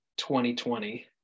2020